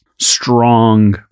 strong